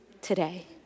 today